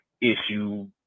issue